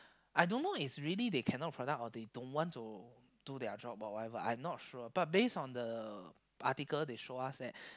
I don't know it's really they can not product or they don't want to do their job or whatever I not sure but base on the article they show us that